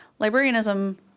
librarianism